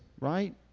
right